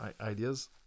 ideas